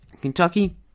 Kentucky